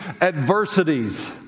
adversities